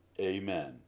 Amen